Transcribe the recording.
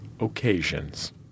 Occasions